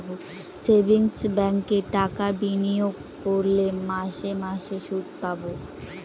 savings ব্যাঙ্কে টাকা বিনিয়োগ করলে মাসে মাসে শুদ পাবে